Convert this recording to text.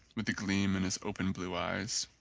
with a gleam in his open blue eyes.